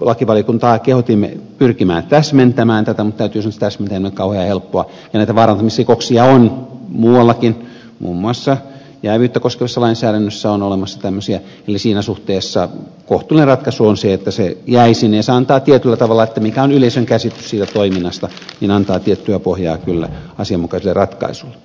lakivaliokuntaa kehotimme pyrkimään täsmentämään tätä mutta täytyy sanoa että se täsmentäminen ei ole kauhean helppoa ja näitä vaarantamisrikoksia on muuallakin muun muassa jääviyttä koskevassa lainsäädännössä on olemassa tämmöisiä eli siinä suhteessa kohtuullinen ratkaisu on se että se jäi sinne ja se mikä on yleisön käsitys siitä toiminnasta antaa tietyllä tavalla tiettyä pohjaa kyllä asianmukaiselle ratkaisulle